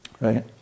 right